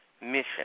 mission